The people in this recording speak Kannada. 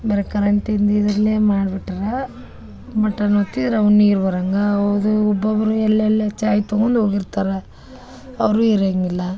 ಬರೆ ಕರೆಂಟಿಂದು ಇದರಲ್ಲೇ ಮಾಡ್ಬಿಟ್ಟಾರ ಬಟನ್ ಒತ್ತಿದ್ರೆ ಅವು ನೀರು ಬರಂಗೆ ಅದು ಒಬ್ಬೊಬ್ರು ಎಲ್ಲೆಲ್ಲೋ ಚಾವ್ ತಗೊಂಡ್ ಹೋಗಿರ್ತಾರ ಅವರೂ ಇರಂಗಿಲ್ಲ